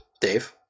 Dave